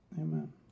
Amen